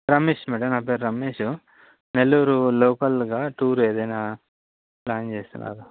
Ramesh madam నా పేరు రమేషు నెల్లూరు లోకల్గా టూర్ ఏదైనా ప్లాన్ చేస్తున్నారా